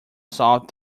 salt